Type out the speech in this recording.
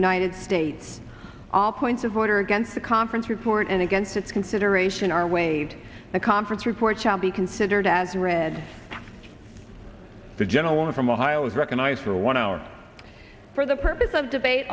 united states all points of order against the conference report and against this consideration are ways the conference report shall be considered as read the gentleman from ohio is recognized for one hour for the purpose of debate